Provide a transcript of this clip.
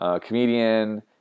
comedian